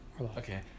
Okay